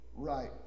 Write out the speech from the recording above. Right